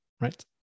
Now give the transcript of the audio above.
right